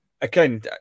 again